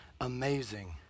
amazing